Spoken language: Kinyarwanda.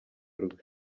rwe